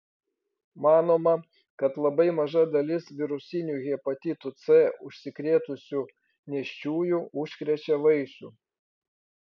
manoma kad labai maža dalis virusiniu hepatitu c užsikrėtusių nėščiųjų užkrečia vaisių